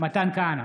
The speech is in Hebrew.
מתן כהנא,